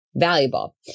valuable